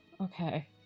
Okay